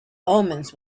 omens